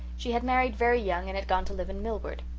she had married very young and had gone to live in millward.